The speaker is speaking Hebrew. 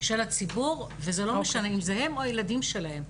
של הציבור וזה לא משנה, אם זה הם, או הילדים שלהם,